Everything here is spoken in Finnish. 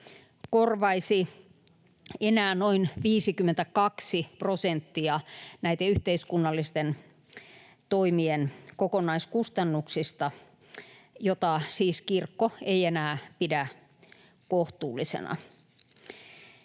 korvaisi enää noin 52 prosenttia näiden yhteiskunnallisten toimien kokonaiskustannuksista, mitä siis kirkko ei enää pidä kohtuullisena.